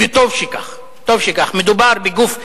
וטוב שכך: מדובר בגוף אזרחי,